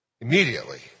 Immediately